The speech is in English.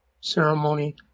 ceremony